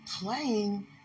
playing